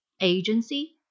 agency